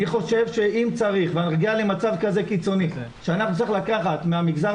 אם צריך ואנחנו נגיע למצב כזה קיצוני שאנחנו נצטרך לקחת מהמגזר